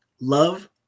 love